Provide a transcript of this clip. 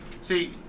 See